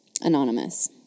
Anonymous